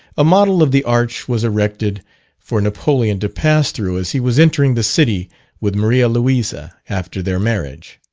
a model of the arch was erected for napoleon to pass through as he was entering the city with maria louisa, after their marriage.